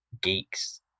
geeks